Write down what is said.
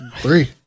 three